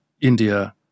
India